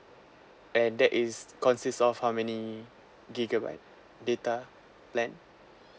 and that is consist of how many gigabyte data plan